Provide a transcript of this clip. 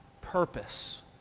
purpose